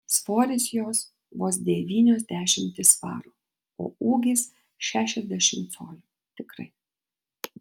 svoris jos vos devynios dešimtys svarų o ūgis šešiasdešimt colių tikrai